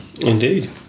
Indeed